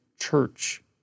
church